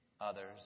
others